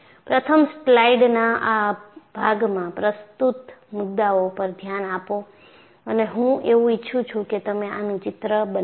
પ્રથમ સ્લાઇડના આ ભાગમાં પ્રસ્તુત મુદ્દાઓ પર ધ્યાન આપો અને હું એવું ઈચ્છું છું કે તમે આનું ચિત્ર બનાવો